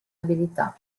abilità